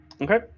Okay